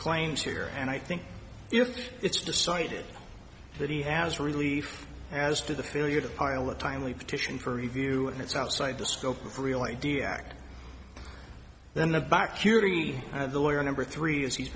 claims here and i think you know it's decided that he has relief as to the failure to file a timely petition for review and it's outside the scope of real idea then the vacuity of the lawyer number three as he's